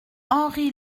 henri